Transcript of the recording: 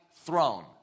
throne